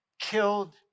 killed